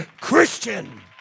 Christian